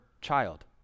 child